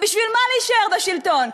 ובשביל מה להישאר בשלטון?